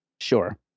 Sure